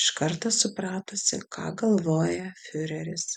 iš karto supratusi ką galvoja fiureris